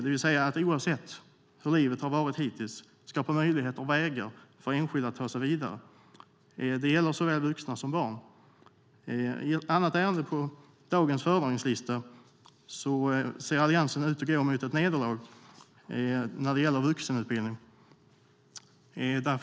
Det handlar om att skapa möjligheter och vägar för enskilda att ta sig vidare oavsett hur deras liv har varit hittills. Det gäller såväl vuxna som barn. I ett annat ärende på dagens föredragningslista ser Alliansen ut att gå mot ett nederlag, nämligen när det gäller vuxenutbildning.